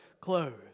clothed